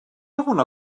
alguna